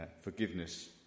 forgiveness